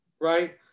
right